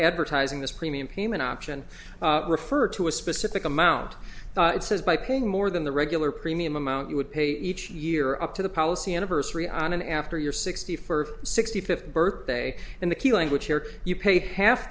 advertising this premium payment option refer to a specific amount it says by paying more than the regular premium amount you would pay each year up to the policy anniversary on an after your sixty for sixty fifth birthday in the key language here you pay half